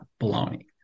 baloney